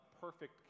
perfect